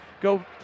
Go